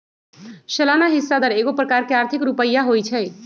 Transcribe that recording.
सलाना हिस्सा दर एगो प्रकार के आर्थिक रुपइया होइ छइ